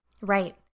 Right